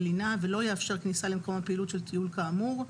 לינה ולא יאפשר כניסה למקום הפעילות של טיול כאמור,